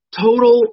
total